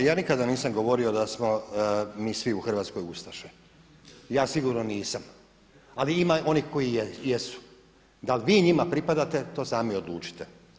Prvo, ja nikada nisam govorio da smo mi svi u Hrvatskoj ustaše, ja sigurno nisam ali ima onih koji jesu, da li vi njima pripadate to sami odlučite.